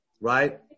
right